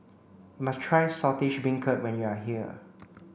must try Saltish Beancurd when you are here